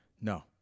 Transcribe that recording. No